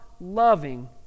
loving